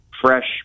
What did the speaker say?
fresh